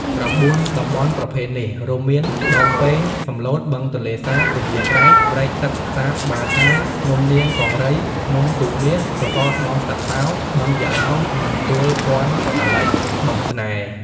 ៩ តំបន់ប្រភេទនេះ រួមមាន ដងពែង សំឡូត បឹងទន្លេសាប ពញាក្រែក ព្រែកទឹកសាបក្បាលឆាយ ភ្នំនាងកង្រី ភ្នំទូកមាស សសរស្តម្ភសត្វតោ បឹងយក្ខឡោម និងទួលព័ន្ធតាឡី-បឹងស្នេហ៍។